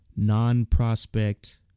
non-prospect